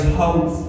hope